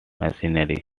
machinery